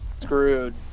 screwed